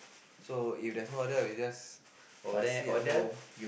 so if there's no order I will just uh sit at home